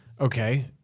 Okay